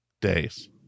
days